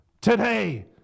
Today